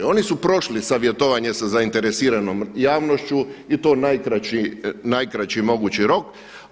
Oni su prošli savjetovanje sa zainteresiranom javnošću i to najkraći mogući rok.